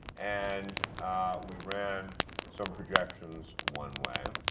and ah we ran some projections one way.